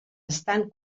estan